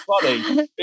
funny